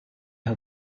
who